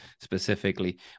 specifically